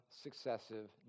successive